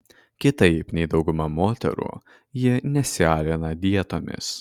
kitaip nei dauguma moterų ji nesialina dietomis